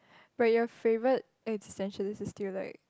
but your favorite existentialist is still like